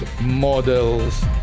models